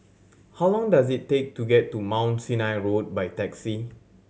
how long does it take to get to Mount Sinai Road by taxi